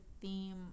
theme